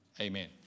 Amen